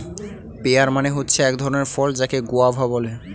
pair মানে হচ্ছে এক ধরণের ফল যাকে গোয়াভা বলে